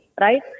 right